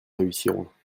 réussirons